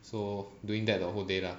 so doing that the whole day lah